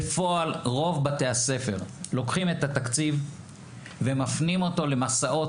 בפועל רוב בתי הספר לוקחים את התקציב ומפנים אותו למסעות